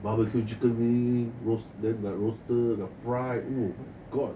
barbecue chicken wing roast the roasted the fry oh my god